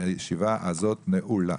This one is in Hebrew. הישיבה נעולה.